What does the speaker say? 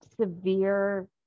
severe